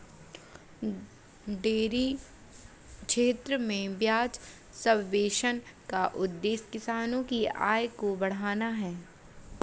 dairy क्षेत्र में ब्याज सब्वेंशन का उद्देश्य किसानों की आय को बढ़ाना है